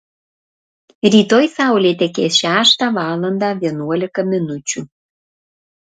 rytoj saulė tekės šeštą valandą vienuolika minučių